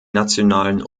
nationalen